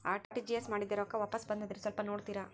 RTGS ಮಾಡಿದ್ದೆ ರೊಕ್ಕ ವಾಪಸ್ ಬಂದದ್ರಿ ಸ್ವಲ್ಪ ನೋಡ್ತೇರ?